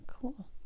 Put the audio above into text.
Cool